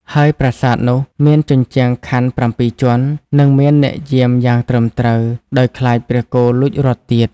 ហើយប្រាសាទនោះ មានជញ្ជាំងខ័ណ្ឌប្រាំពីរជាន់ និង មានអ្នកយាមយ៉ាងត្រឹមត្រូវ ដោយខ្លាចព្រះគោលួចរត់ទៀត។